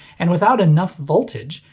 and without enough voltage,